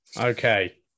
Okay